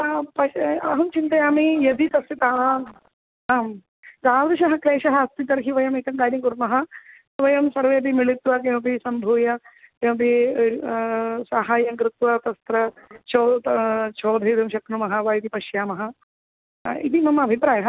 आम् पश्ये अहं चिन्तयामि यदि तस्य ता आं तादृशः क्लेशः अस्ति तर्हि वयमेकं कार्यं कुर्मः वयं सर्वे यदि मिलित्वा किमपि सम्भूय किमपि साहाय्यं कृत्वा तत्र शोध शोधितुं शक्नुमः वा इति पश्यामः इति मम अभिप्रायः